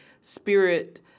spirit